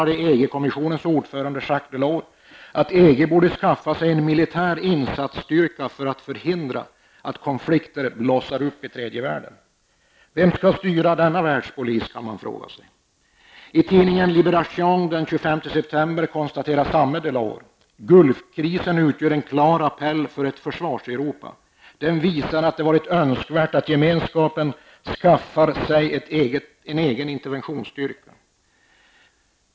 Delors att EG borde skaffa sig en militär insatsstyrka för att förhindra att ''konflikter blossar upp i tredje världen''. Man kan fråga sig vem som skall styra denna världspolis. I tidningen Liberation den 25 september konstaterade samme Delors: ''Gulfkrisen utgör en klar appell för ett försvars-Europa. Den visar att det varit önskvärt att gemenskapen skaffar sig en egen interventionsstyrka --.